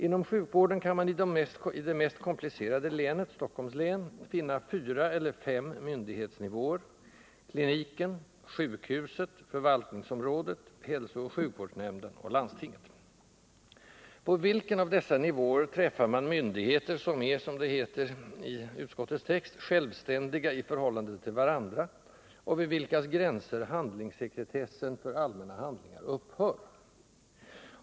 Inom sjukvården kan man i det mest komplicerade länet - Stockholms län — finna fyra eller fem myndighetsnivåer: kliniken, sjukhuset, förvaltningsområdet, hälsooch sjukvårdsnämnden och landstinget. På vilken av dessa nivåer träffar man myndigheter, som är, som det heter i utskottets text, ”självständiga i förhållande till varandra” och vid vilkas gränser handlingssekretessen för allmänna handlingar upphör?